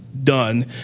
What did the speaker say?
done